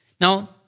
Now